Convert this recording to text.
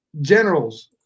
Generals